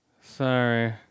sorry